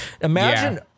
Imagine